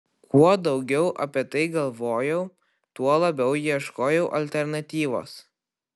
kuo daugiau apie tai galvojau tuo labiau ieškojau alternatyvos